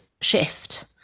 shift